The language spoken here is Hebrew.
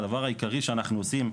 הדבר העיקרי שאנחנו עושים,